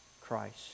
Christ